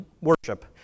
worship